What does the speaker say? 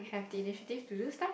have the initiative to do stuff